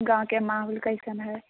गाँव के माहौल कैसन है